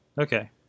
okay